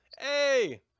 Hey